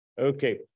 Okay